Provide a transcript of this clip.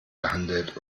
gehandelt